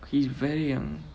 he's very young